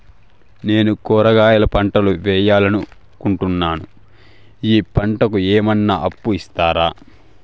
నేను కూరగాయల పంటలు వేయాలనుకుంటున్నాను, ఈ పంటలకు ఏమన్నా అప్పు ఇస్తారా?